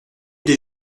des